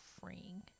freeing